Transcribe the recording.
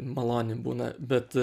maloni būna bet